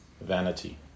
vanity